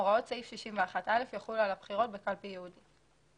הוראות סעיף 61א יחולו ועל הבחירות בקלפי ייעודית.